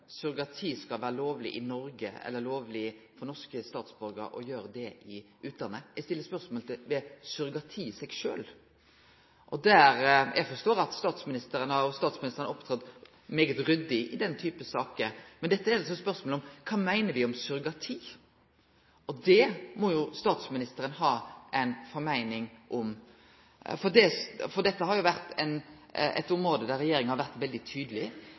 skal vere lovleg for norske statsborgarar å gjere det i utlandet. Eg stiller spørsmål ved surrogati i seg sjølv. Der forstår eg statsministeren, og han har opptredd veldig ryddig i denne typen saker. Men dette er spørsmålet: Kva meiner me om surrogati? Det må statsministeren ha ei meining om. Dette har vore eit område der regjeringa har vore veldig tydeleg,